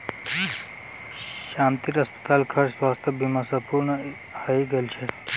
शांतिर अस्पताल खर्च स्वास्थ बीमा स पूर्ण हइ गेल छ